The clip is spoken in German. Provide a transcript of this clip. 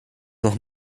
noch